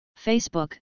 Facebook